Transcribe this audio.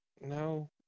No